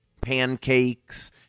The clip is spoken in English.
pancakes